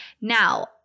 Now